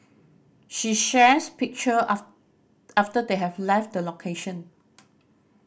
she shares picture after they have left the location